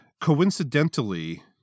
coincidentally